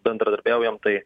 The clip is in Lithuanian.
bendradarbiaujam tai